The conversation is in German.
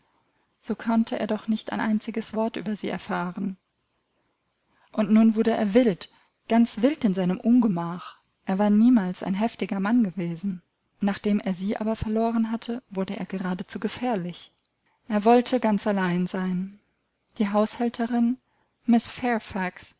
so konnte er doch nicht ein einziges wort über sie erfahren und nun wurde er wild ganz wild in seinem ungemach er war niemals ein heftiger mann gewesen nachdem er sie aber verloren hatte wurde er geradezu gefährlich er wollte ganz allein sein die haushälterin